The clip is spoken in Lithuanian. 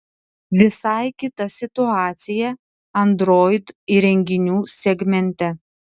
visai kita situacija android įrenginių segmente